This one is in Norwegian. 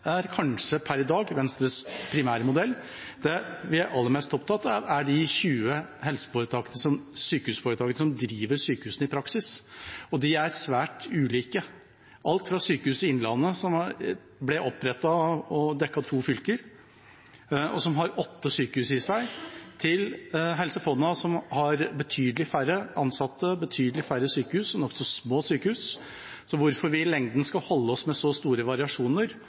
er kanskje per i dag Venstres primærmodell. Det vi er aller mest opptatt av, er de 20 sykehusforetakene som driver sykehusene i praksis. De er svært ulike – alt fra Sykehuset Innlandet, som ble opprettet til å dekke to fylker, som har åtte sykehus i seg, til Helse Fonna, som har betydelig færre ansatte og betydelig færre og små sykehus. Så hvorfor skal vi i lengden holde oss med så store variasjoner?